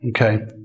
okay